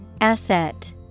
Asset